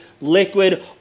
liquid